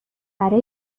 برا